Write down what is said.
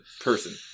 person